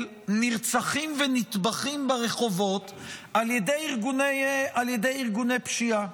נרצחים ונטבחים ברחובות על ידי ארגוני פשיעה.